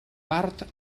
part